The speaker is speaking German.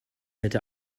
hätte